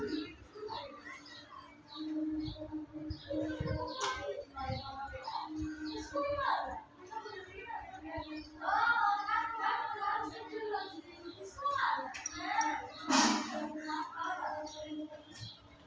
Debit card से एक बार में कितना पैसा निकाला जा सकता है?